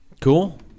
Cool